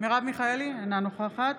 אינה נוכחת